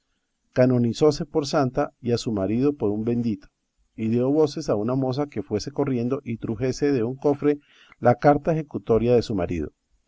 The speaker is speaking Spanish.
canonizóse por santa y a su marido por un bendito y dio voces a una moza que fuese corriendo y trujese de un cofre la carta ejecutoria de su marido